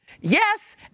Yes